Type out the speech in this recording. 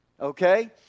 Okay